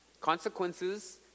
Consequences